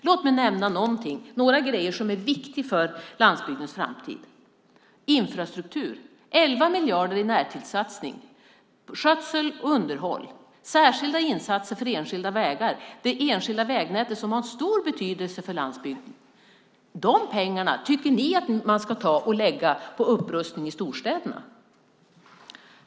Låt mig nämna några saker som är viktiga för landsbygdens framtid. Infrastruktur: 11 miljarder i närtidssatsning, skötsel och underhåll, särskilda insatser för enskilda vägar - det enskilda vägnät som har stor betydelse för landsbygden. De pengarna tycker ni att man ska lägga på upprustning i storstäderna.